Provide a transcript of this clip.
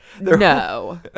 no